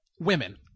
women